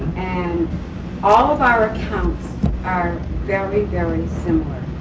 and all of our accounts are very, very similar.